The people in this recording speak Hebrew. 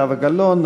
זהבה גלאון,